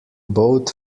both